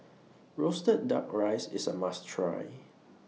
Roasted Duck Rice IS A must Try